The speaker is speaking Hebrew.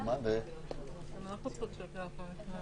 בפני חברי הוועדה על האיחור של החצי שעה.